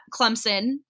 Clemson